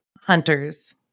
hunters